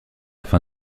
fin